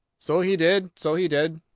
so he did, so he did,